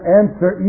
answer